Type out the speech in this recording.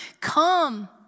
come